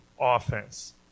offense